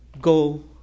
go